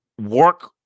work